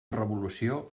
revolució